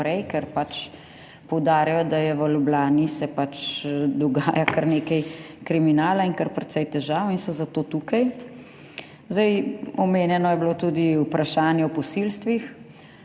ker pač poudarjajo, da je v Ljubljani, se pač dogaja kar nekaj kriminala in kar precej težav in so zato tukaj. Zdaj, omenjeno je bilo tudi vprašanje o posilstvih.